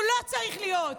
הוא לא צריך להיות.